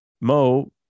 Mo